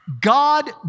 God